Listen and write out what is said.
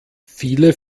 viele